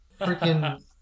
freaking